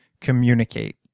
communicate